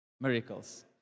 miracles